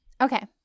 Okay